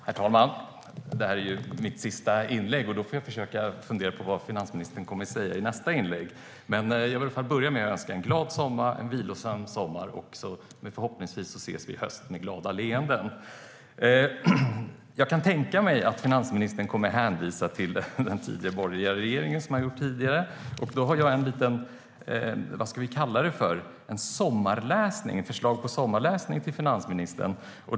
Herr talman! Detta är mitt sista inlägg, och då får jag försöka fundera över vad finansministern kommer att säga i nästa inlägg. Jag vill i alla fall börja med att önska en glad och vilsam sommar. Förhoppningsvis ses vi i höst med glada leenden. Jag kan tänka mig att finansministern kommer att hänvisa till den tidigare borgerliga regeringen, som hon har gjort tidigare. Då har jag ett litet förslag på sommarläsning till finansministern.